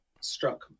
struck